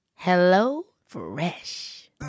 HelloFresh